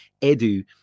edu